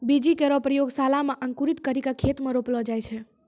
बीज केरो प्रयोगशाला म अंकुरित करि क खेत म रोपलो जाय छै